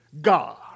God